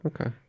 Okay